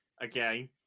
Again